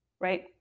right